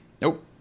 Nope